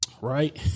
Right